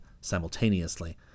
simultaneously